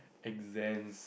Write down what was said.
exams